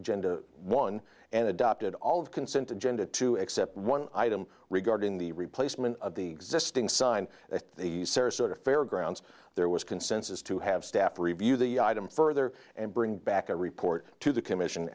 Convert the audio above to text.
agenda one and adopted all of consent agenda to except one item regarding the replacement of the existing sign at the sarasota fairgrounds there was consensus to have staff review the item further and bring back a report to the commission